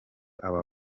aba